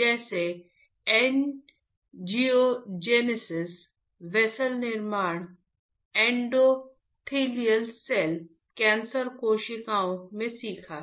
जैसे angiogenesis cell cancer कोशिकाओं में सीखा है